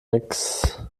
nix